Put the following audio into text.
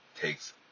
takes